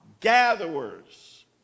Gatherers